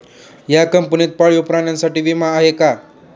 या कंपनीत पाळीव प्राण्यांसाठी विमा आहे का?